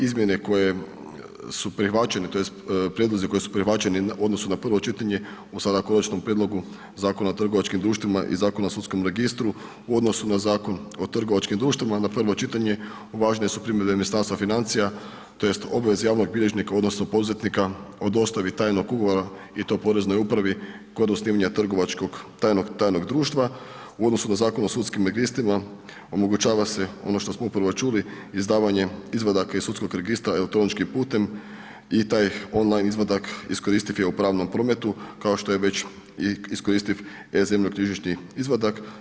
Izmjene koje su prihvaćene, tj. prijedlozi koji su prihvaćeni u odnosu na prvo čitanje u sada Konačnom prijedlogu Zakona o trgovačkim društvima i Zakona o sudskom registru u odnosu na Zakon o trgovačkim društvima na prvo čitanje uvažene su primjedbe Ministarstva financija tj. obveze javnog bilježnika odnosno poduzetnika o dostavi tajnog ugovora i to poreznoj upravi kod osnivanja trgovačkog tajnog, društva u odnosu na Zakon o sudskim registrima omogućava se ono što smo upravo čuli izdavanje izvadaka iz sudskog registra elektroničkim putem i taj on-line izvadak iskoristiv je u pravnom poretku kao što je već iskoristim e-zemljoknjižnični izvadak.